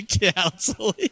Counseling